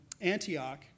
Antioch